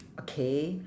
okay